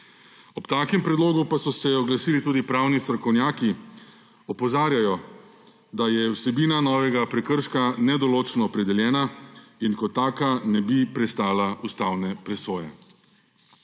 Ob takem predlogu pa so se oglasili tudi pravni strokovnjaki. Opozarjajo, da je vsebina novega prekrška nedoločno opredeljena in kot taka ne bi prestala ustavne presoje.